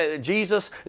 Jesus